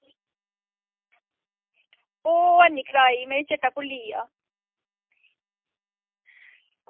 ओह् हैनी कराई मिगी चेता भुल्ली गेआ